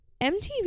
MTV